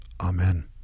Amen